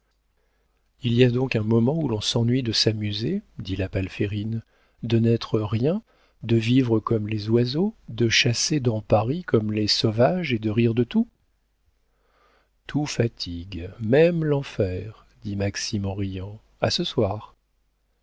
il y a donc un moment où l'on s'ennuie de s'amuser dit la palférine de n'être rien de vivre comme les oiseaux de chasser dans paris comme les sauvages et de rire de tout tout fatigue même l'enfer dit maxime en riant a ce soir